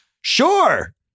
sure